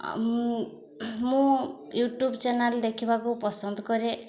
ମୁଁ ମୁଁ YouTube channel ଦେଖିବାକୁ ପସନ୍ଦ କରେ